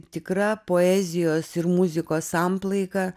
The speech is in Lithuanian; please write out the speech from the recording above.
tikra poezijos ir muzikos samplaika